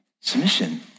submission